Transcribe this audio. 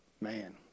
Man